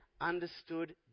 understood